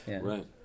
right